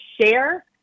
share